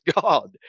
God